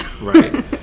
Right